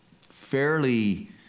fairly